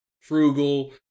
frugal